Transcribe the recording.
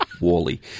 Wally